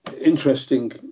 interesting